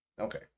okay